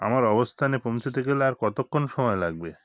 আমার অবস্থানে পৌঁছাতে গেলে আর কতক্ষণ সময় লাগবে